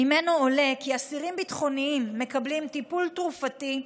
שממנו עולה כי אסירים ביטחוניים מקבלים טיפול תרופתי,